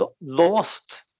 lost